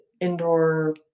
indoor